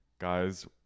Guys